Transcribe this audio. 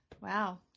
wow